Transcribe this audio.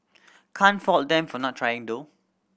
can't fault them for not trying though